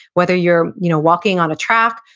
whether you're you know walking on a track,